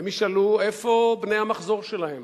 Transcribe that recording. הם ישאלו: איפה בני המחזור שלהם?